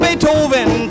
Beethoven